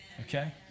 okay